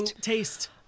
taste